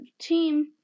team